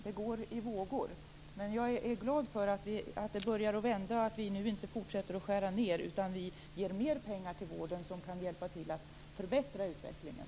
Det går i vågor. Jag är glad för att det börjar att vända, att vi nu inte fortsätter att skära ned utan ger mer pengar till vården, som kan hjälpa till att förbättra utvecklingen.